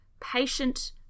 patient